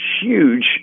huge